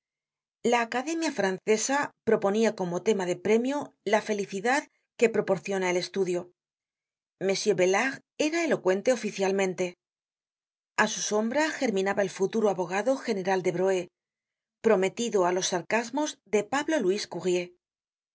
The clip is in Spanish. la academia francesa proponia como tema de premio la felicidad que proporciona el estudio m bellart era elocuente oficialmente a su sombra germinaba el futuro abogado general de broü prometido á los sarcasmos de pablo luis